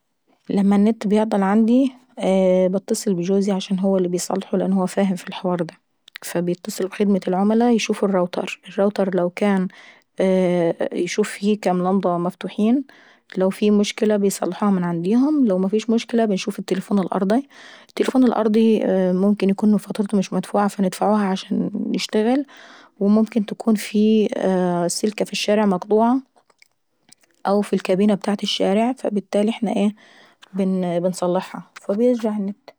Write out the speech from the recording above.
لما النت بيعطل عيندي باتصل بجوزي عشان هو اللي بيصلحو لانه هو فاهم في الحوار دي. فعيتصل بخدمة العملا يشوف الراوتر يشوف فيه كام لمضة مفتوحين لو في مشكلة بيصلحوها من عندهم لو مفيش مشكلة بيشوفوا التلفون الارضاي، التليفون الارضاي ممكن تكون فاتورته مش مدفوعة فندفعوها عشان يشتغل وممكن يكون في سلكة في الشارع مقطوعة، او في الكابينة ابتاعة الشارع فالبتالي احنا ايه بنصلحها وبيرجع النت.